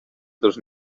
dos